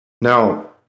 Now